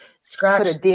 scratch